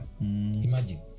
Imagine